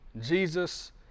Jesus